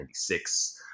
1996